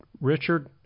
Richard